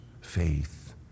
faith